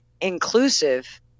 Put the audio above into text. inclusive